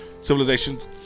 civilizations